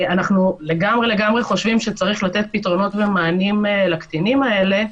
אנחנו לגמרי חושבים שצריך לתת פתרונות ומענים לקטינים האלה,